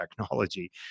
technology